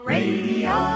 Radio